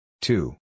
two